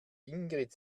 ingrid